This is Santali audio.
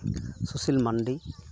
ᱥᱩᱥᱤᱞ ᱢᱟᱱᱰᱤ